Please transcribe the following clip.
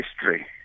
history